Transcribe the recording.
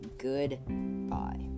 Goodbye